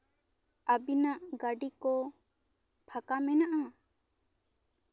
ᱟᱵᱤᱱᱟᱜ ᱜᱟ ᱰᱤ ᱠᱚ ᱯᱷᱟᱠᱟ ᱢᱮᱱᱟᱜᱼᱟ